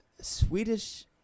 Swedish